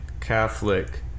Catholic